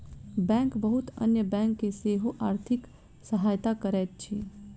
bank बहुत अन्य bank के सेहो आर्थिक सहायता करैत अछि